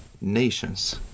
nations